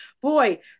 Boy